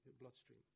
bloodstream